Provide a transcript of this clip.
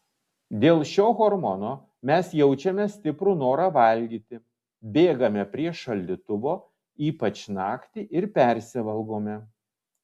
dėl šio hormono mes jaučiame stiprų norą valgyti bėgame prie šaldytuvo ypač naktį ir persivalgome